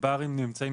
הן פיזית והן נפשית.